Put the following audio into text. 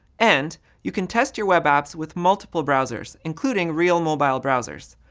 and you can test your web apps with multiple browsers, including real mobile browsers.